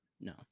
No